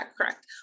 correct